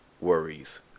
worries